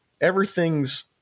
everything's